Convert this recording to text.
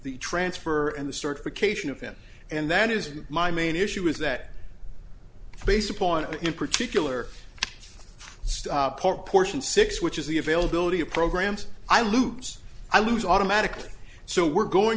the transfer and the certification of him and that is my main issue is that based upon in particular portion six which is the availability of programs i lose i lose automatically so we're going